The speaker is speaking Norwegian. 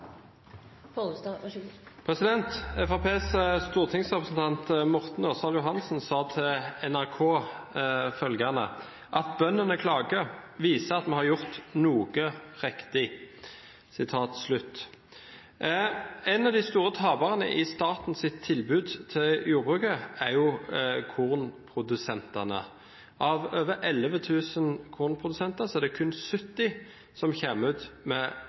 med jordbruksoppgjøret. Fremskrittspartiets stortingsrepresentant Morten Ørsal Johansen sa følgende til NRK: «At bøndene klager, viser at vi har gjort noe riktig.» En av de store taperne i forbindelse med statens tilbud til jordbruket er kornprodusentene. Av over 11 000 kornprodusenter er det kun 70 som kommer ut med